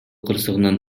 кырсыгынан